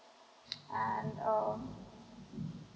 and um